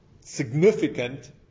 significant